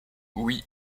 oui